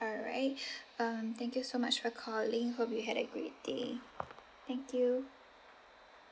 alright um thank you so much for calling hope you had a great day thank you